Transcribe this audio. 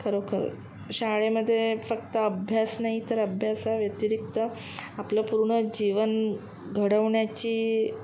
खरोखर शाळेमध्ये फक्त अभ्यास नाही तर अभ्यासाव्यतिरिक्त आपलं पूर्ण जीवन घडवण्याची